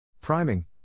Priming